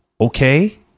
Okay